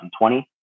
2020